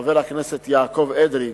חבר הכנסת יעקב אדרי.